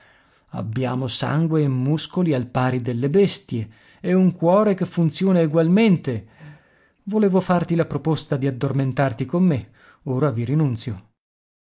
abbiamo sangue e muscoli al pari delle bestie e un cuore che funziona egualmente volevo farti la proposta di addormentarti con me ora vi rinunzio